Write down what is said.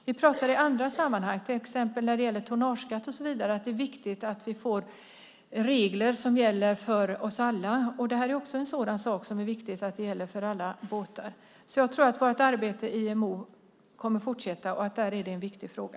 Vi pratar i andra sammanhang, till exempel när det gäller tonnageskatt, om att det är viktigt att vi får regler som gäller för oss alla. Det här är en sådan sak som är viktig att den gäller för alla båtar. Jag tror att vårt arbete i IMO kommer att fortsätta. Där är det en viktig fråga.